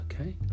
Okay